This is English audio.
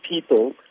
people